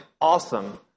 awesome